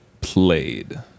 played